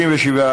מה מצביעים?